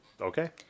okay